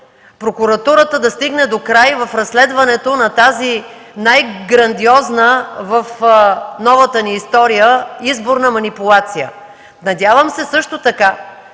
Прокуратурата да стигне докрай в разследването на тази най-грандиозна в новата ни история изборна манипулация. Надявам се също така